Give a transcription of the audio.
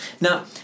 now